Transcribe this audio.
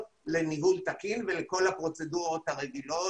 לניהול תקין ולכל הפרוצדורות הרגילות,